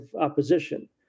opposition